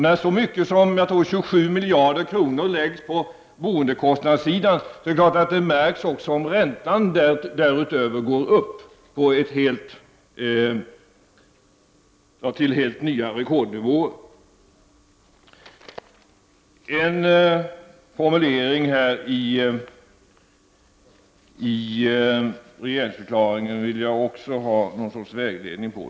När så mycket som 27 miljarder kronor läggs på boendekostnaderna, märks det givetvis om räntan därutöver går upp till rekordnivåer. En formulering i regeringsförklaringen vill jag ha något slags besked om.